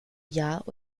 jahr